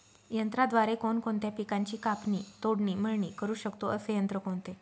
यंत्राद्वारे कोणकोणत्या पिकांची कापणी, तोडणी, मळणी करु शकतो, असे यंत्र कोणते?